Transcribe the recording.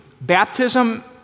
baptism